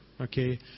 okay